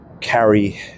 carry